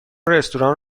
رستوران